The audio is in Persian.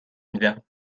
میدم